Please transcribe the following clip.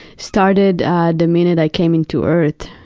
started the minute i came into earth,